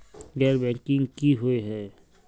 गैर बैंकिंग की हुई है?